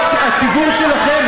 אתם לא עושים צבא, הציבור שלכם.